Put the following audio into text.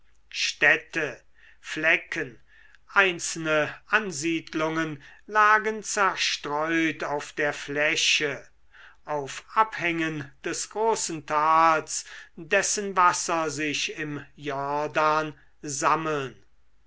städte flecken einzelne ansiedelungen lagen zerstreut auf der fläche auf abhängen des großen tals dessen wasser sich im jordan sammeln